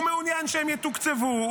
הוא מעוניין שהם יתוקצבו,